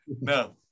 no